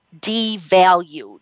devalued